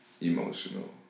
emotional